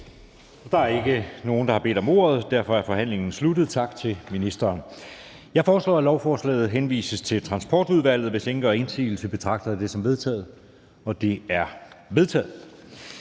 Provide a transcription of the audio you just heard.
Der er ikke nogen, der har bedt om ordet. Derfor er forhandlingen sluttet. Tak til ministeren. Jeg foreslår, at lovforslaget henvises til Transportudvalget, og hvis ingen gør indsigelse, betragter jeg det som vedtaget. Det er vedtaget.